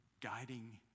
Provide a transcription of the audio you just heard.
guiding